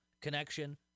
connection